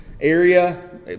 area